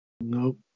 Nope